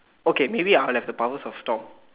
okay maybe I will have the powers of Tom